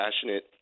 passionate